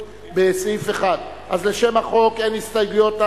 בסעיף 1. אז לשם החוק אין הסתייגויות,